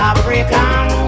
African